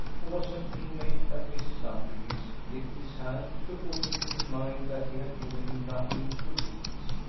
who was an inmate at mrs. luttridge's, licked his hand to put him in mind that he had given him nothing to eat.